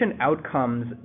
outcomes